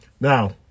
Now